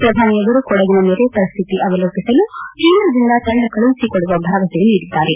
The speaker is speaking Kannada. ಪ್ರಧಾನಿಯವರು ಕೊಡಗಿನ ನೆರೆಪರಿಸ್ತಿತಿ ಅವಲೋಕಿಸಲು ಕೇಂದ್ರದಿಂದ ತಂಡ ಕಳುಹಿಸಿಕೊಡುವ ಭರವಸೆ ನೀಡಿದ್ದಾರೆ